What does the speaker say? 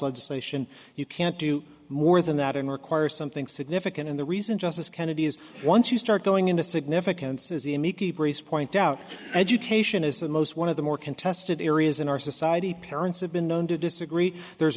legislation you can't do more than that and require something significant and the reason justice kennedy is once you start going into significance is point out education is the most one of the more contested areas in our society parents have been known to disagree there's